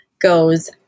goes